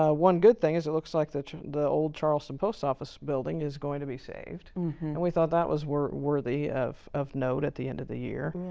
ah one good thing is it looks like the the old charleston post office building is going to be saved. and we thought that was worthy of of note at the end of the year.